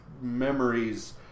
memories